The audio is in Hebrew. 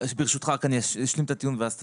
ברשותך אני אשלים את הטיעון ואז תסביר.